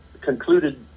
concluded